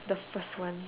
the first one